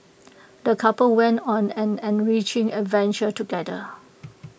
the couple went on an enriching adventure together